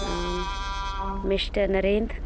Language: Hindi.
मिस्टर नरेंद्र